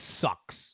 sucks